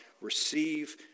receive